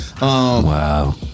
Wow